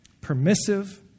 permissive